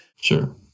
Sure